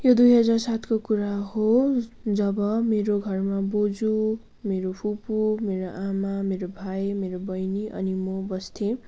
यो दुई हजार सातको कुरा हो जब मेरो घरमा बोजू मेरो फुपू मेरो आमा मेरो भाइ मेरो बहिनी अनि म बस्थेँ